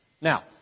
Now